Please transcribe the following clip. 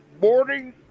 Morning